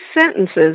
sentences